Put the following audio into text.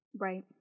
Right